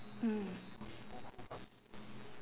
mm